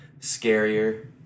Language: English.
scarier